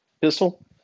pistol